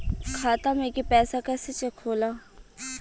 खाता में के पैसा कैसे चेक होला?